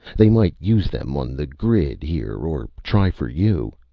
they might use them on the grid, here, or try for you.